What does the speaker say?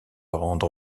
rendre